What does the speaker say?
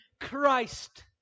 Christ